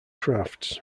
crafts